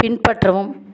பின்பற்றவும்